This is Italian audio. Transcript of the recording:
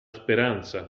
speranza